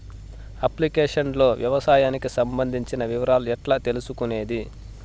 Application లో వ్యవసాయానికి సంబంధించిన వివరాలు ఎట్లా తెలుసుకొనేది?